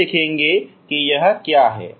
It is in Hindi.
हम देखेंगे कि यह क्या है